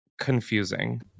confusing